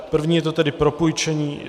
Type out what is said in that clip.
První je to tedy propůjčení